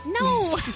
No